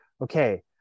okay